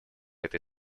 этой